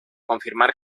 confirmar